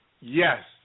yes